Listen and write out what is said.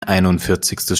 einundvierzigstes